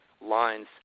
lines